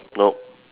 no